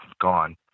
gone